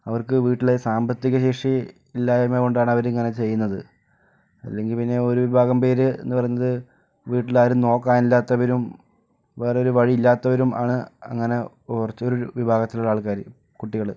അവർക്ക് വീട്ടിലെ സാമ്പത്തിക ശേഷി ഇല്ലായ്മ കൊണ്ടാണ് അവർ ഇങ്ങനെ ചെയ്യുന്നത് അല്ലെങ്കിൽ പിന്നെ ഒരു വിഭാഗം പേര് എന്നു പറയുന്നത് വീട്ടിൽ ആരും നോക്കാൻ ഇല്ലാത്തവരും വേറെ ഒരു വഴിയില്ലാത്തവരും ആണ് അങ്ങനെ കുറച്ച് ഒരു വിഭാഗത്തിലുള്ള ആൾക്കാർ കുട്ടികൾ